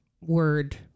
word